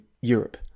Europe